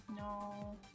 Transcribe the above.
No